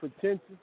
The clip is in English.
potential